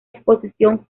exposición